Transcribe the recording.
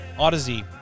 Odyssey